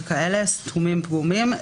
סתומים או פגומים,